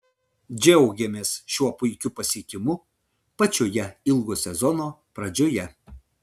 džiaugiamės šiuo puikiu pasiekimu pačioje ilgo sezono pradžioje